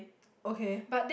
okay